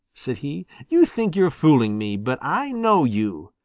said he. you think you are fooling me, but i know you.